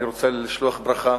אני רוצה לשלוח ברכה